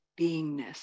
beingness